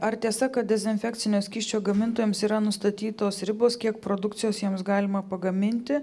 ar tiesa kad dezinfekcinio skysčio gamintojams yra nustatytos ribos kiek produkcijos jiems galima pagaminti